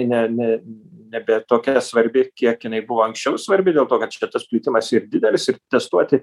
ne ne nebe tokia svarbi kiek jinai buvo anksčiau svarbi dėl to kad čia yra tas plitimas ir didelis ir testuoti